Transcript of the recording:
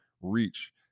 reach